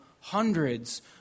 hundreds